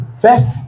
first